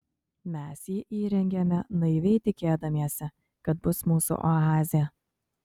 mes jį įrengėme naiviai tikėdamiesi kad bus mūsų oazė